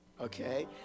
okay